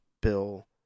bill